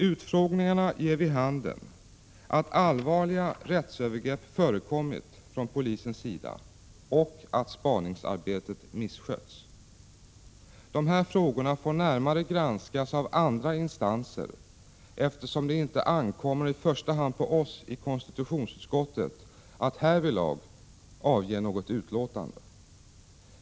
Utfrågningarna ger vid handen att allvarliga rättsövergrepp förekommit från polisens sida och att spaningsarbetet misskötts. De här frågorna får närmare granskas av andra instanser eftersom det inte ankommer i första hand på oss i konstitutionsutskottet att härvidlag avge något utlåtande.